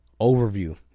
overview